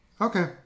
Okay